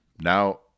Now